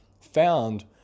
found